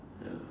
ya